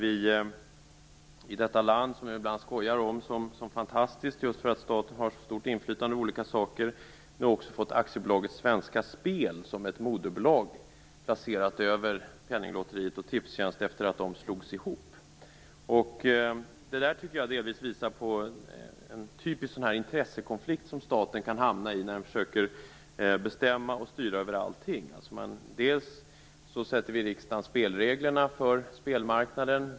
I detta land som vi ibland skojar om som fantastiskt just för att staten har så stort inflytande i olika saker har vi nu också fått aktiebolaget Svenska spel som ett moderbolag över Penninglotteriet och Tipstjänst efter det att de slogs ihop. Det där tycker jag delvis visar på en typisk intressekonflikt som staten kan hamna i när den försöker bestämma och styra över allting. Först sätter riksdagen spelreglerna för spelmarknaden.